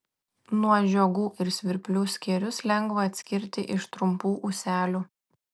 nuo žiogų ir svirplių skėrius lengva atskirti iš trumpų ūselių